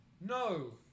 No